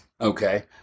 Okay